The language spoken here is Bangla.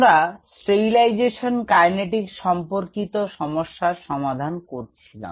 আমরা sterilization kinetics সম্পর্কিত সমস্যার সমাধান করেছিলাম